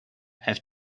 have